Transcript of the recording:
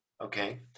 okay